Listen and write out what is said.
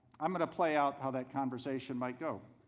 i'm going to play out how that conversation might go.